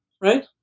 right